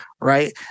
right